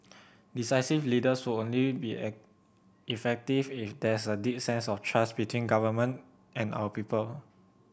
decisive leaders would only be effective if there's a deep sense of trust between government and our people